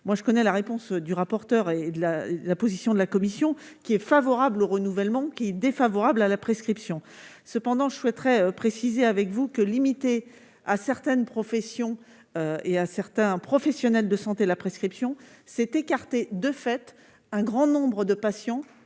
Je connais la réponse du rapporteur et la position de la commission, favorable au renouvellement, défavorable à la prescription. Toutefois, limiter à certaines professions et à certains professionnels de santé la prescription, c'est écarter de fait un grand nombre de patients